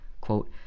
Quote